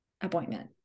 appointment